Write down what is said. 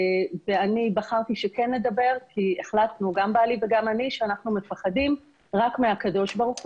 ואני בחרתי לדבר כי בעלי ואני החלטנו שאנחנו מפחדים רק מהקדוש ברוך